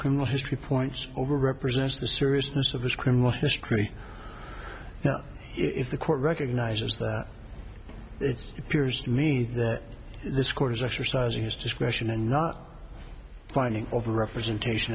criminal history points over represents the seriousness of his criminal history now if the court recognizes that it's appears to me that this court is exercising his discretion and not finding overrepresentation